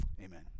amen